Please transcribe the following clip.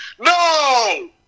No